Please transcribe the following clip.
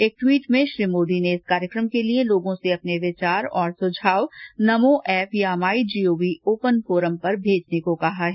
एक ट्वीट में श्री मोदी ने इस कार्यक्रम के लिए लोगों से अपने विचार और सुझाव नमो एप या माई जीओवी ओपन फोरम पर भेजने को कहा है